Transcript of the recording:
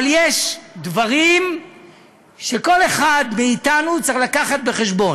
אבל יש דברים שכל אחד מאתנו צריך להביא בחשבון.